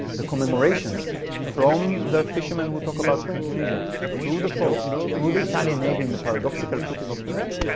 the commemorations from the fishermen will talk about it in tunisia through the pope, through the italian navy and the paradoxical putting of the wreath,